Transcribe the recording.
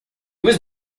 was